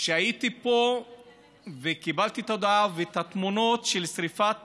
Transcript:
הייתי פה וקיבלתי את ההודעה ואת התמונות של שרפת